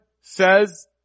says